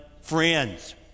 friends